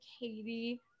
Katie